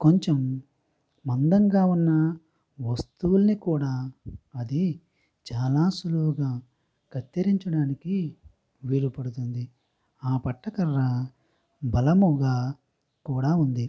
కొంచెం మందంగా ఉన్న వస్తువుల్ని కూడా అది చాలా సులువుగా కత్తిరించడానికి వీలుపడుతుంది ఆ పట్టకర్ర బలముగా కూడా ఉంది